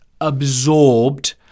absorbed